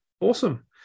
Awesome